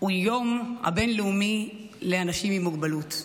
הוא היום הבין-לאומי לאנשים עם מוגבלות,